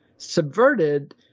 subverted